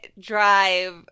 drive